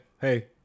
hey